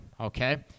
okay